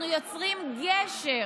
אנחנו יוצרים גשר